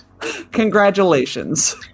congratulations